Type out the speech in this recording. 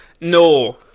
No